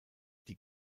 die